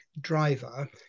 driver